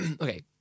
Okay